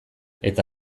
eta